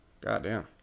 Goddamn